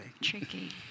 tricky